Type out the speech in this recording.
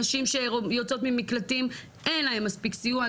נשים שיוצאות ממקלטים אין להם מספיק סיוע.